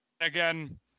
again